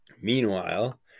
Meanwhile